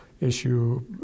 issue